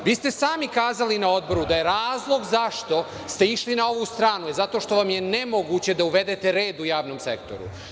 Sami ste kazali na odboru da je razlog zašto ste išli na ovu stranu zato što vam je nemoguće da uvedete red u javnom sektoru.